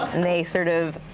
and they sort of